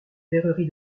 verrerie